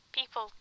people